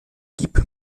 gib